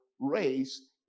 race